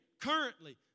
currently